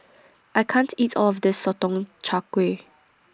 I can't eat All of This Sotong Char Kway